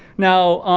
now